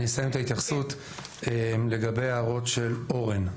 אני אסיים את ההתייחסות, לגבי ההערות של אורן.